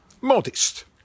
Modest